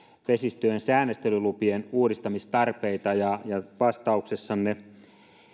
vesistöjen säännöstelylupien uudistamistarpeita vastauksessanne